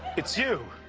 it's you.